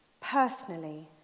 personally